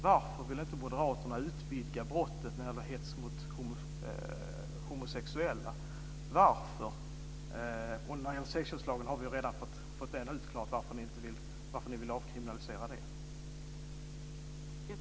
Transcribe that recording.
Varför vill inte Moderaterna utvidga brottet när det gäller hets mot homosexuella? När det gäller sexköp har vi redan fått utklarat varför Moderaterna vill avkriminalisera det.